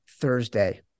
Thursday